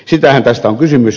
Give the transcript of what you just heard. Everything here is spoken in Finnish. siitähän tässä on kysymys